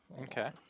Okay